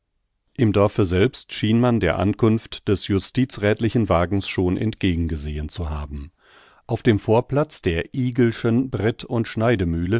im dorfe selbst schien man der ankunft des justizräthlichen wagens schon entgegen gesehen zu haben auf dem vorplatz der igel'schen brett und